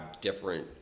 different